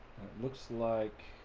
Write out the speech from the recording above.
looks like